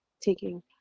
taking